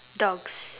dogs